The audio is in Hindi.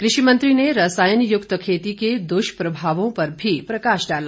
कृषि मंत्री ने रसायन युक्त खेती के दुष्प्रभावों पर भी प्रकाश डाला